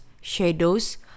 Shadows